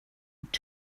would